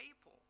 people